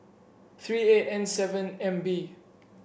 three eight N seven M B